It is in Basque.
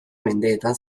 mendeetan